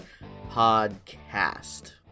podcast